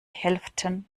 hälften